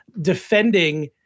defending